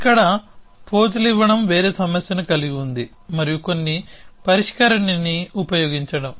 ఇక్కడ పోజులివ్వడం వేరే సమస్యని కలిగి ఉంది మరియు కొన్ని పరిష్కరిణిని ఉపయోగించడం